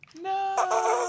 no